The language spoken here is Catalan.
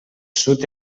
sud